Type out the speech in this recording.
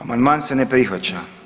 Amandman se ne prihvaća.